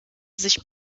sich